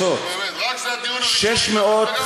מתי אתם השתתפתם באיזה דיון?